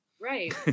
right